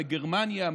מגרמניה,